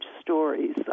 stories